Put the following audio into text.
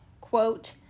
quote